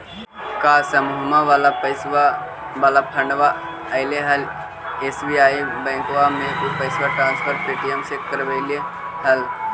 का समुहवा वाला फंडवा ऐले हल एस.बी.आई बैंकवा मे ऊ पैसवा ट्रांसफर पे.टी.एम से करवैलीऐ हल?